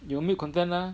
有 milk content ah